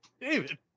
David